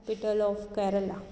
capital of Kerala